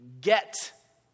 get